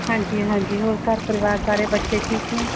ਹਾਂਜੀ ਹਾਂਜੀ ਹੋਰ ਘਰ ਪਰਿਵਾਰ ਸਾਰੇ ਬੱਚੇ ਠੀਕ ਨੇ